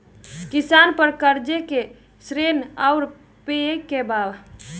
किसान पर क़र्ज़े के श्रेइ आउर पेई के बा?